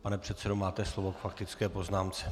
Pane předsedo, máte slovo k faktické poznámce.